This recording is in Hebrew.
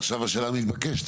ועכשיו השאלה המתבקשת,